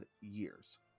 years